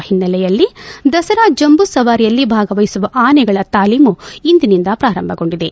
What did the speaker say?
ಈ ಹಿನ್ನಲೆಯಲ್ಲಿ ದಸರಾ ಜಂಬೂ ಸವಾರಿಯಲ್ಲಿ ಭಾಗವಹಿಸುವ ಆನೆಗಳ ತಾಲೀಮು ಇಂದಿನಿಂದ ಪ್ರಾರಂಭಗೊಂಡಿದೆ